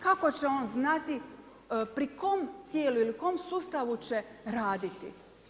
Kako će on znati pri kom tijelu ili kom sustavu će raditi.